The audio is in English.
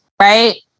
right